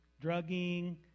drugging